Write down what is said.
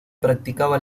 practicaba